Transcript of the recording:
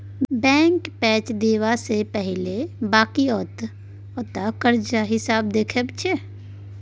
bank पैंच देबा सँ पहिने बकिऔता करजाक हिसाब देखैत छै